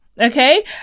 Okay